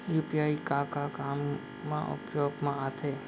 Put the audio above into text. UPI का का काम मा उपयोग मा आथे?